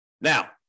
Now